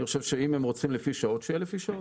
אני חושב שאם הם רוצים לפי שעות, שיהיה לפי שעות.